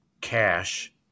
cash